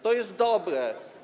To jest dobre.